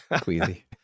queasy